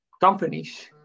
companies